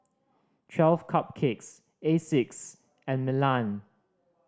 Twelve Cupcakes Asics and Milan